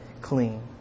clean